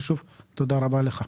ושוב, תודה רבה לך.